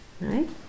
Right